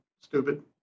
stupid